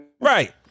right